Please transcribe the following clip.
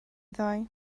ddau